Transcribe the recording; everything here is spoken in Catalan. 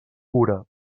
cura